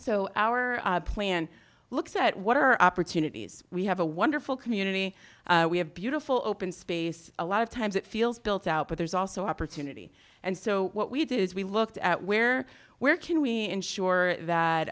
so our plan looks at water opportunities we have a wonderful community we have beautiful open space a lot of times it feels built out but there's also opportunity and so what we did is we looked at where where can we ensure